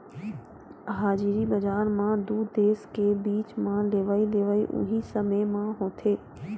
हाजिरी बजार म दू देस के बीच म लेवई देवई उहीं समे म होथे